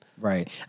Right